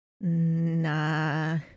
Nah